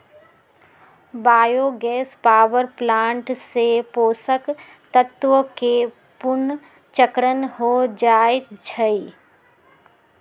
bio gas power plant से पोषक तत्वके पुनर्चक्रण हो जाइ छइ